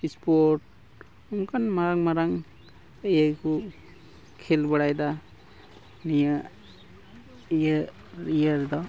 sport ᱚᱱᱠᱟᱱ ᱢᱟᱨᱟᱝ ᱢᱟᱨᱟᱝ ᱤᱭᱟᱹ ᱜᱮᱠᱚ ᱠᱷᱮᱞ ᱵᱟᱲᱟᱭ ᱫᱟ ᱱᱤᱭᱟᱹ ᱤᱭᱟᱹ ᱤᱭᱟᱹ ᱨᱮᱫᱚ